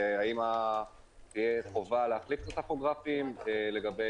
האם תהיה חובה להחליף את הטכוגרפים לגבי